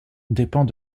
dépend